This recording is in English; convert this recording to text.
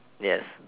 yes